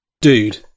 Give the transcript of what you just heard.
Dude